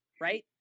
right